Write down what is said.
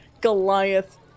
goliath